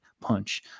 punch